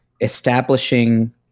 establishing